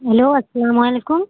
hello السلام علیکم